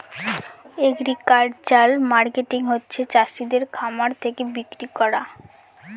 agricultural marketing হচ্ছে চাষিদের খামার থাকে বিক্রি করা